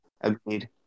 Agreed